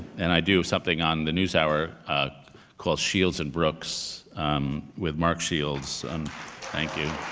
and i do something on the newshour called shields and brooks with mark shields. thank you.